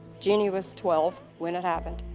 jeanie was twelve when it happened.